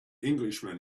englishman